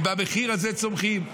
ומהמחיר הזה צומחים.